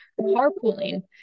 carpooling